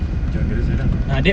jaga rasa lah